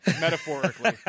metaphorically